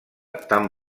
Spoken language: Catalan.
tan